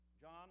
John